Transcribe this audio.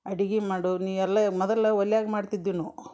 ಅಡಿಗೆ ಮಾಡೋ ನೀ ಎಲ್ಲೇ ಮದಲು ಒಲ್ಯಾಗೆ ಮಾಡ್ತಿದ್ವಿ ನಾವು